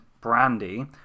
Brandy